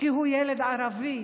כי הוא ילד ערבי.